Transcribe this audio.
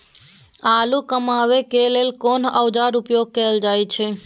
आलू कमाबै के लेल कोन औाजार उपयोग कैल जाय छै?